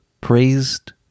praised